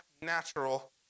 natural